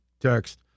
text